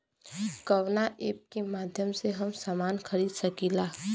कवना ऐपके माध्यम से हम समान खरीद सकीला?